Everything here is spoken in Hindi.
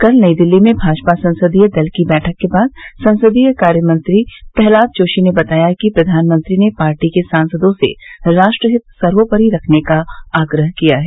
कल नई दिल्ली में भाजपा संसदीय दल की बैठक के बाद संसदीय कार्यमंत्री प्रहलाद जोशी ने बताया कि प्रधानमंत्री ने पार्टी के सांसदों से राष्ट्रहित सर्वोपरि रखने का आग्रह किया है